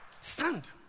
Stand